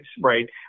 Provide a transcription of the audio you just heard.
right